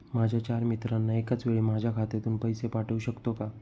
माझ्या चार मित्रांना एकाचवेळी माझ्या खात्यातून पैसे पाठवू शकतो का?